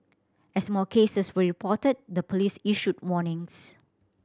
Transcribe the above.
as more cases were reported the police issued warnings